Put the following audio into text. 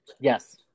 Yes